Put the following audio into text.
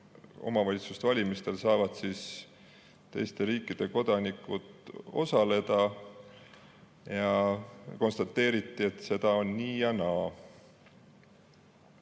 omavalitsuste valimistel saavad teiste riikide kodanikud osaleda. Konstateeriti, et seda on nii ja naa.